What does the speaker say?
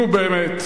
נו, באמת,